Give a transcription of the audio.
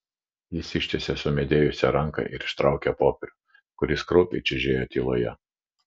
jis ištiesė sumedėjusią ranką ir ištraukė popierių kuris kraupiai čežėjo tyloje